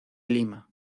lima